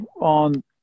On